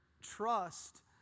trust